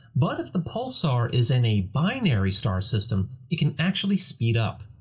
but if the pulsar is in a binary star system, it can actually speed up!